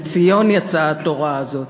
מציון יצאה התורה הזאת,